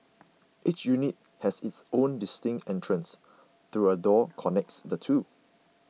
each unit has its own distinct entrance though a door connects the two